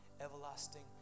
everlasting